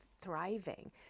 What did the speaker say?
thriving